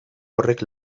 horrek